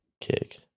kick